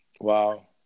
Wow